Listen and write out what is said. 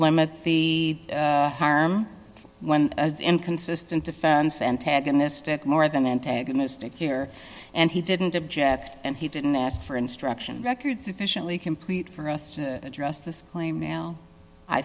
limit the harm when inconsistent defense antagonistic more than antagonistic here and he didn't object and he didn't ask for instruction record sufficiently complete for us to address this claim now i